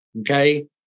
Okay